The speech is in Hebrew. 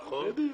נכון.